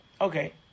Okay